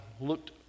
looked